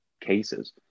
cases